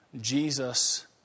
Jesus